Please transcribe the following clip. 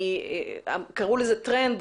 קראו לזה טרנד,